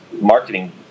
marketing